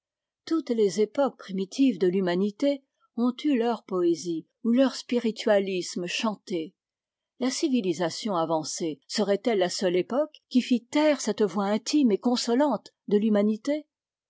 toutes les époques primitives de l'humanité ont eu leur poésie ou leur spiritualisme chanté la civilisation avancée serait-elle la seule époque qui fît taire cette voix intime et consolante de l'humanité